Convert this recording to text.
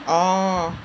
orh